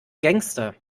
gangster